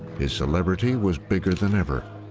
his celebrity was bigger than ever,